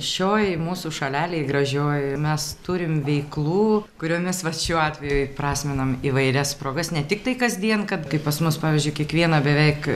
šioj mūsų šalelėj gražioj mes turim veiklų kuriomis va šiuo atveju įprasminam įvairias progas ne tik tai kasdien kad kai pas mus pavyzdžiui kiekvieną beveik